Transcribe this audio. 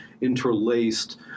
interlaced